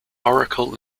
oracle